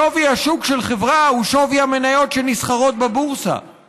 שווי השוק של חברה הוא שווי המניות שנסחרות בבורסה,